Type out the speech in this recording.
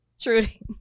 Trudy